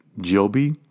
Joby